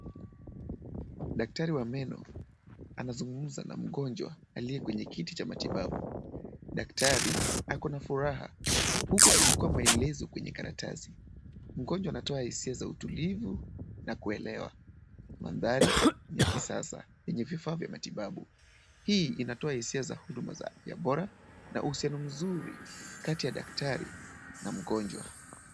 Daktari wa meno anazungumza na mgonjwa aliye kwenye kiti cha matibabu. Daktari ako na furaha huku akichukua maelezo kwenye karatasi. Mgonjwa anatoa hisia za utulivu na kuelewa. Mandhari ni ya kisasa yenye vifaa vya matibabu. Hii inatoa hisia za huduma ya bora na uhusiano mzuri kati ya daktari na mgonjwa.